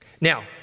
Now